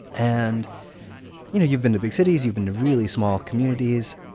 and you know you've been to big cities, you've been to really small communities.